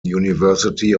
university